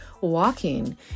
walking